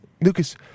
Lucas